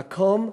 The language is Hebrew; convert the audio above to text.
במקום ה-12.